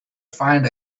find